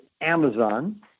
Amazon